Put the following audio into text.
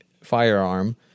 firearm